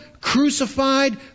crucified